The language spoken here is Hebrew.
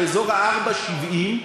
לאזור ה-4.70,